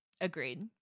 agreed